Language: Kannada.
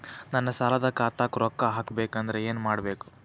ನನ್ನ ಸಾಲದ ಖಾತಾಕ್ ರೊಕ್ಕ ಹಾಕ್ಬೇಕಂದ್ರೆ ಏನ್ ಮಾಡಬೇಕು?